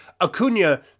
Acuna